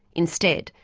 instead,